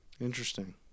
Interesting